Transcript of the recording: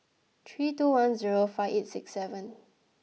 three two one zero five eight six seven